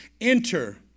Enter